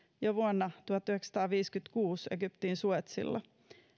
jo vuonna tuhatyhdeksänsataaviisikymmentäkuusi egyptin suezilla